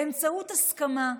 באמצעות הסכמה,